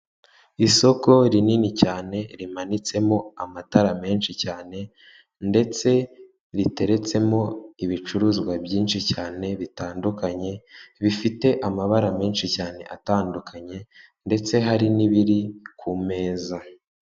Isoko rinini cyane rimanitsemo amatara menshi cyane ndetse riteretsemo ibicuruzwa byinshi cyane bitandukanye bifite amabara menshi cyane atandukanye ndetse hari n'ibiri ku meza.